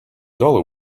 dollar